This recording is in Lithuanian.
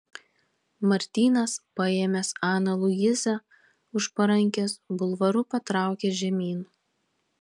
martynas paėmęs aną luizą už parankės bulvaru patraukė žemyn